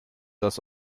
das